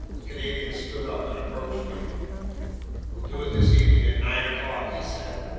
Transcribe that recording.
the canadian stood up and approached me we'll do it this evening at nine o'clock, he said.